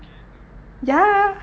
ya